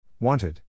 Wanted